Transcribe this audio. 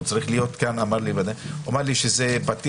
הוא אמר לי שזה אצלם.